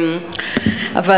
אבל,